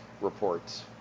reports